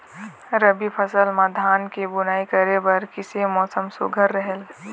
रबी फसल म धान के बुनई करे बर किसे मौसम सुघ्घर रहेल?